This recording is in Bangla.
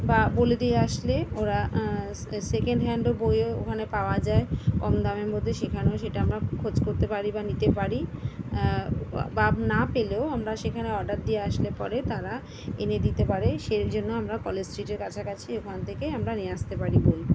বা বলে দিয়ে আসলে ওরা সেকেণ্ড হ্যাণ্ড বইও ওখানে পাওয়া যায় কম দামের মধ্যে সেখানেও সেটা আমরা খোঁজ করতে পারি বা নিতে পারি বা না পেলেও আমরা সেখানে অর্ডার দিয়ে আসলে পরে তারা এনে দিতে পারে সেজন্য আমরা কলেজ স্ট্রিটের কাছাকাছি ওখান থেকেই আমরা নিয়ে আসতে পারি বই